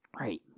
Right